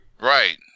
Right